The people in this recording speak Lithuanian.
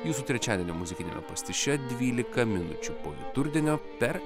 jūsų trečiadienio muzikiniame pastiše dvylika minučių po vidurdienio per